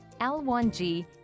L1G